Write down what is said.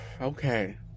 Okay